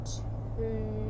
two